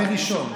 טוראי ראשון.